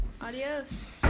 Adios